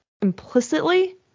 implicitly